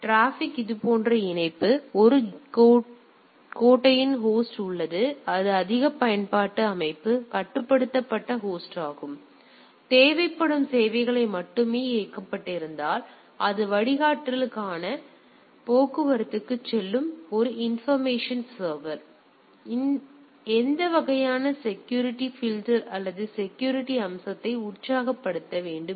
எனவே டிராபிக் இது போன்ற இணைப்பு எனவே ஒரு கோட்டையின் ஹோஸ்ட் உள்ளது இது அதிக கட்டுப்பாட்டு அமைப்பு கட்டுப்படுத்தப்பட்ட ஹோஸ்டாகும் தேவைப்படும் சேவைகள் மட்டுமே இயக்கப்பட்டிருந்தால் அது வடிகட்டலுக்கான போக்குவரத்துக்குச் செல்லும் ஒரு இன்பர்மேஷன் சர்வர் உள்ளது இது எந்த வகையான செக்யூரிட்டி பில்டர் அல்லது செக்யூரிட்டி அம்சத்தை உற்சாகப்படுத்த வேண்டும் என்று கூறுகிறது